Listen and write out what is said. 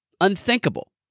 unthinkable